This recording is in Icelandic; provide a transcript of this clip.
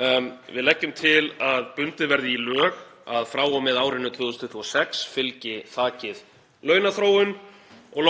Við leggjum til að bundið verði í lög að frá og með árinu 2026 fylgi þakið launaþróun.